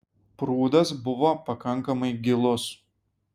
prūdas buvo pakankamai gilus